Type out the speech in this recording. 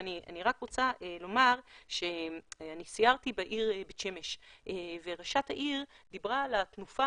ואני רק רוצה לומר שאני סיירתי בעיר בית שמש וראשת העיר דיברה על התנופה